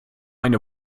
eine